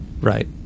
Right